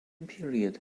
period